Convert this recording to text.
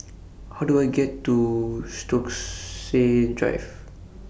How Do I get to Stokesay Drive